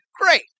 great